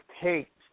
take